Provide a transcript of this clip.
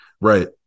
right